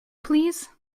please